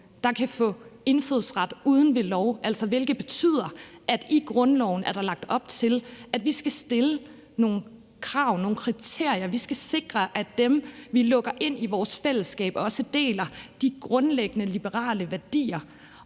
der kan få indfødsret uden ved lov, hvilket betyder, at i grundloven er der lagt op til, at vi skal stille nogle krav, nogle kriterier, altså vi skal sikre, at dem, vi lukker ind i vores fællesskab, også deler de grundlæggende liberale værdier.